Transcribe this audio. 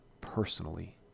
personally